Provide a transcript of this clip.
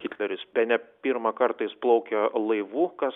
hitleris bene pirmą kartą jis plaukė laivu kas